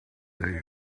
they